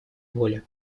воли